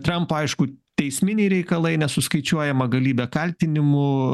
trampą aišku teisminiai reikalai nesuskaičiuojama galybė kaltinimų